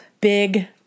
big